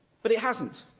but it hasn't,